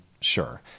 sure